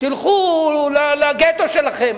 תלכו לגטו שלכם.